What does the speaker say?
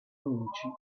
amici